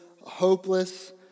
hopeless